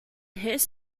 his